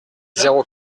zéro